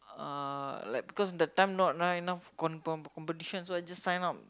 uh like because the time not not enough compe~ competition so I just sign up